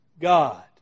God